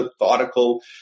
methodical